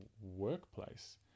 workplace